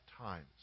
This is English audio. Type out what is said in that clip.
times